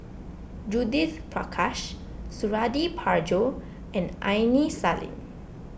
Judith Prakash Suradi Parjo and Aini Salim